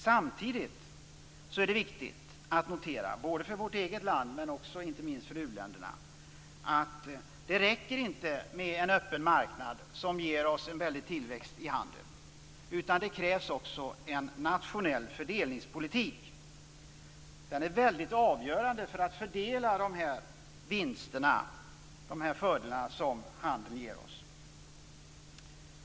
Samtidigt är det viktigt att notera - både för vårt eget land men inte minst för u-länderna - att det inte räcker med en öppen marknad som ger oss en tillväxt i handeln. Det krävs också en nationell fördelningspolitik. Den är avgörande för att fördela vinsterna som handeln ger oss.